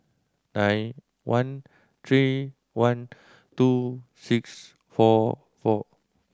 nine one three one two six four four